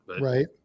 Right